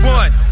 one